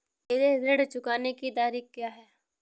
मेरे ऋण को चुकाने की तारीख़ क्या है?